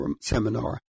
seminar